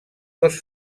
dos